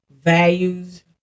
values